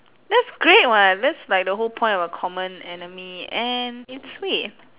that's great [what] that's like the whole point of a common enemy and it's sweet